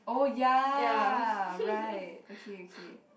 oh ya right okay okay